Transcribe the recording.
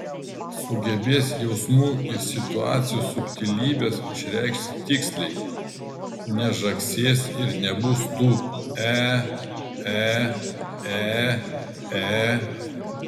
sugebės jausmų ir situacijų subtilybes išreikšti tiksliai nežagsės ir nebus tų e e e e